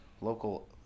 local